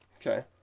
Okay